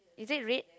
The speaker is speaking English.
is it red